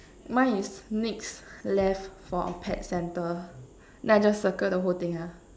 mine is next left for a pet centre then I just circle the whole thing ah